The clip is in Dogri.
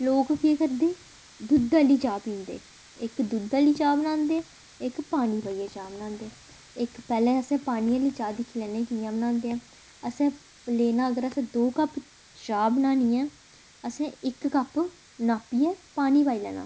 लोक केह् करदे दुद्ध आह्ली चाह् पींदे इक दुद्ध आह्ली चाह् बनांदे इक पानी पाइयै चाह् बनांदे इक पैह्लें असें पानी आह्ली चाह् दिक्खी लैने कि'यां बनांदे असें लेना अगर असें दो कप्प चाह् बनानी ऐ असें इक कप्प नापियै पानी पाई लैना